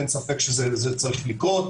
אין ספק שזה צריך לקרות.